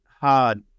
hard